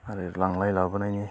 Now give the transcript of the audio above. आरो लांनाय लाबोनायनि